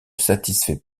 satisfait